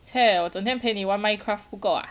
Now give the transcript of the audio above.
!chey! 我整天陪你玩 minecraft 不够啊